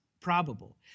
probable